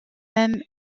même